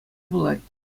пулать